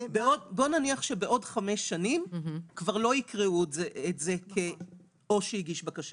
בואי נניח שבעוד חמש שנים כבר לא יקראו את זה כ"או שהגיש בקשה".